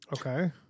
Okay